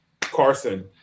Carson